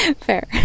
Fair